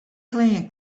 klean